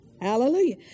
Hallelujah